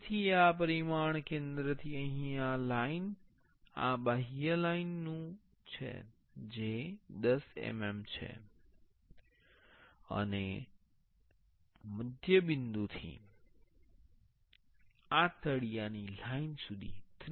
તેથી આ પરિમાણ કેન્દ્રથી અહીં આ લાઇન આ બાહ્ય લાઇન નુ છે જે 10 mm છે અને મધ્ય બિંદુથી આ તળિયાની લાઇન સુધી 30 mm છે